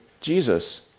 Jesus